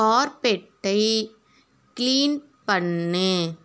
கார்பெட்டை clean பண்ணு